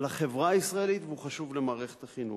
לחברה הישראלית והוא חשוב למערכת החינוך.